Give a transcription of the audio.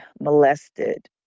molested